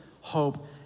hope